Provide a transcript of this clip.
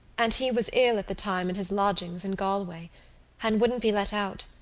and he was ill at the time in his lodgings in galway and wouldn't be let out,